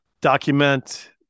document